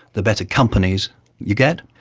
the better companies you get,